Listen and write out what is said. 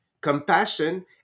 compassion